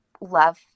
love